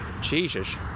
Jesus